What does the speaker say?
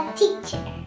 teacher